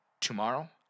tomorrow